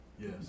Yes